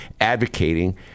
advocating